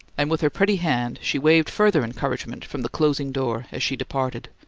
and with her pretty hand she waved further encouragement from the closing door as she departed.